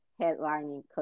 headlining